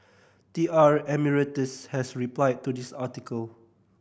T R Emeritus has replied to this article